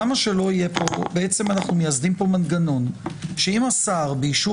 למה שלא יהיה פה בעצם אנחנו מייסדים פה מנגנון שאם השר באישור